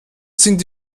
sind